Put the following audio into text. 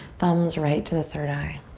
thumbs right to the third eye.